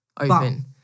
open